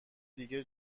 دیگه